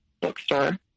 bookstore